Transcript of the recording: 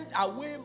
away